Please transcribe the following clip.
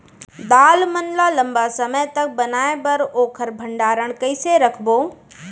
दाल मन ल लम्बा समय तक बनाये बर ओखर भण्डारण कइसे रखबो?